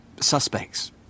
suspects